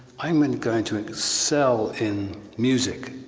i'm and going to excel in music,